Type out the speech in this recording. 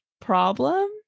problem